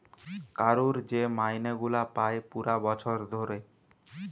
কারুর যে মাইনে গুলা পায় পুরা বছর ধরে